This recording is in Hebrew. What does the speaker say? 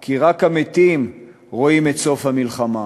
כי רק המתים רואים את סוף המלחמה.